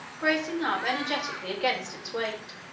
bracing up energetically against its weight.